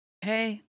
Hey